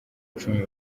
icumi